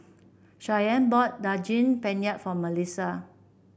Shyann bought Daging Penyet for Malissa